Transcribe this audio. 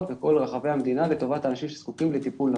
בכל רחבי המדינה לטובת אנשים שזקוקים לטיפול נפשי.